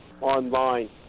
online